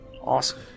awesome